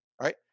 right